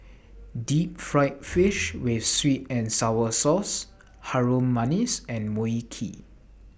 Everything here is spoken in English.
Deep Fried Fish with Sweet and Sour Sauce Harum Manis and Mui Kee